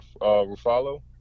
Ruffalo